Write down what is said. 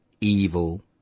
evil